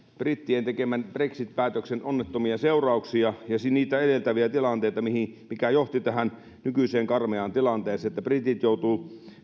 brittien tekemän brexit päätöksen onnettomia seurauksia ja sitä edeltäviä tilanteita mitkä johtivat tähän nykyiseen karmeaan tilanteeseen että britit joutuvat